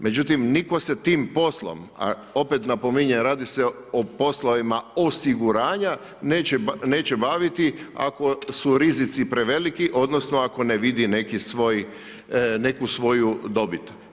Međutim, nitko se tim poslom, a opet napominjem radi se o poslovima osiguranja neće baviti ako su rizici preveliki, odnosno ako ne vidi neki svoj, neku svoju dobit.